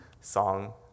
song